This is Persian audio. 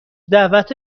دعوت